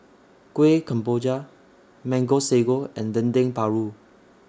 Kuih Kemboja Mango Sago and Dendeng Paru